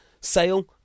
Sale